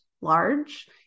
large